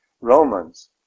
Romans